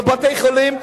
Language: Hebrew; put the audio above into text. בבתי-חולים,